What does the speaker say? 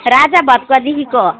राजाभातखोवादेखिको